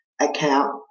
account